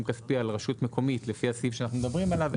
כספי על רשות מקומית לפי הסעיף שאנחנו מדברים עליו,